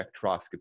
spectroscopy